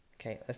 Okay